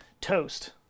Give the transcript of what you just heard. Toast